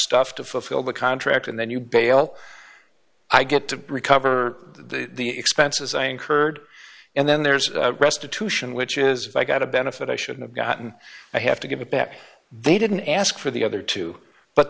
stuff to fulfill the contract and then you bail i get to recover the expenses i incurred and then there's restitution which is i got a benefit i should have gotten i have to give it back they didn't ask for the other two but